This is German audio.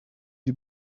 die